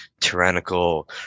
tyrannical